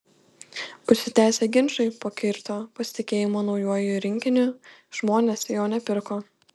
užsitęsę ginčai pakirto pasitikėjimą naujuoju rinkiniu žmonės jo nepirko